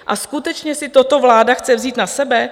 A skutečně si toto vláda chce vzít na sebe?